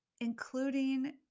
including